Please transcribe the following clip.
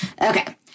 Okay